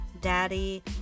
Daddy